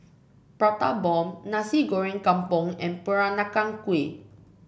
Prata Bomb Nasi Goreng Kampung and Peranakan Kueh